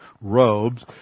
robes